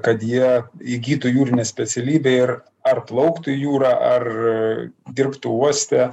kad jie įgytų jūrinę specialybę ir ar plauktų į jūrą ar dirbtų uoste